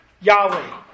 Yahweh